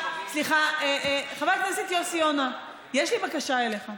סליחה, חבר הכנסת יוסי יונה, יש לי בקשה אליך.